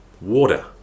water